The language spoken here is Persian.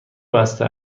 بسته